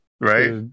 right